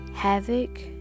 Havoc